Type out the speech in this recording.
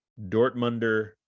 Dortmunder